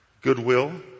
Goodwill